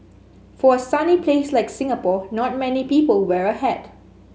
for a sunny place like Singapore not many people wear a hat